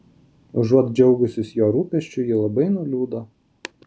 užuot džiaugusis jo rūpesčiu ji labai nuliūdo